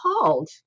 appalled